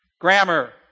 grammar